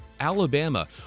Alabama